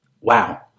Wow